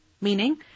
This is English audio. Meaning